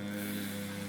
בוא נראה,